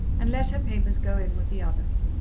and let her papers go in with the others.